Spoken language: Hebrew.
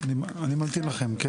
אני מעדכן אותך על